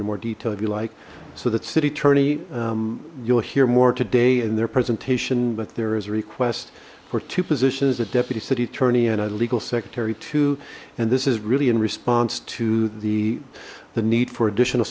in more detail if you like so that city attorney you'll hear more today in their presentation but there is a request for two positions a deputy city attorney and a legal secretary and this is really in response to the the need for additional